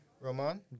Roman